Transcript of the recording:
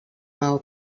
maó